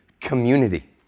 community